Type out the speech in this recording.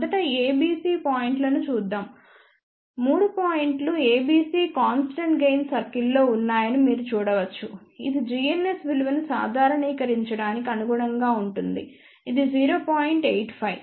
మొదట ABC పాయింట్లను చూద్దాం 3 పాయింట్లు ABC కాన్స్టెంట్ గెయిన్ సర్కిల్స్ లో ఉన్నాయని మీరు చూడవచ్చు ఇది gns విలువను సాధారణీకరించడానికి అనుగుణంగా ఉంటుంది ఇది 0